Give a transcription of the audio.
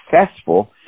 successful